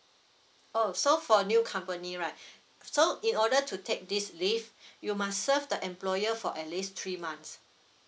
oh so for new company right so in order to take this leave you must serve the employer for at least three months